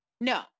No